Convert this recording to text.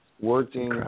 working